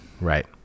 Right